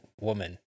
woman